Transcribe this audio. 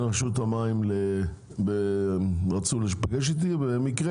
רשות המים רצתה להיפגש איתי כאשר במקרה